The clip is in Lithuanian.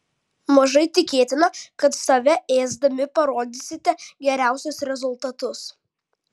mažai tikėtina kad save ėsdami parodysite geriausius rezultatus